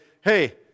hey